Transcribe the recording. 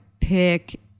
pick